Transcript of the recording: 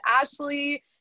Ashley